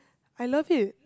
I love it